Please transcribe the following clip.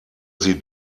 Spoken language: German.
sie